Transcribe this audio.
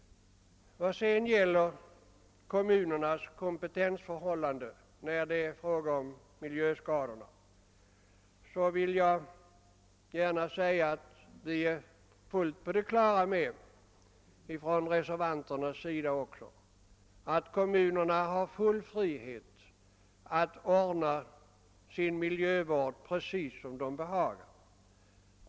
Vad sedan gäller kommunernas kompetensförhållanden när det är fråga om miljöskador vill jag gärna säga att också vi reservanter är helt på det klara med att kommunerna har full frihet att ordna sin miljövård som de behagar.